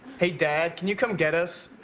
hey dad, can you come get us?